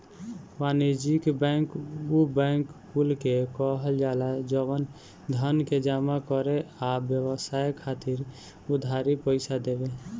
वाणिज्यिक बैंक उ बैंक कुल के कहल जाला जवन धन के जमा करे आ व्यवसाय खातिर उधारी पईसा देवे